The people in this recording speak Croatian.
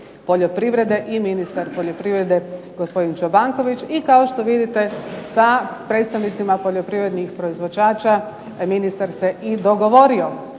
poljoprivrede i ministar poljoprivrede gospodin Čobanković. I kao što vidite, sa predstavnicima poljoprivrednih proizvođača ministar se i dogovorio,